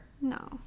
no